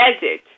desert